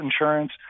insurance